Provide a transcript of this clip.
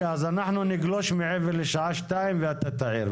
אז נגלוש מעבר לשעה שתיים ואתה תעיר.